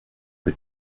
que